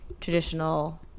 traditional